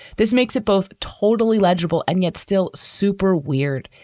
this makes it both totally legible and yet still super weird.